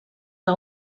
que